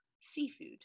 seafood